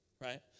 right